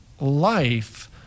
life